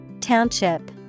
Township